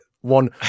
One